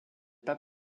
pas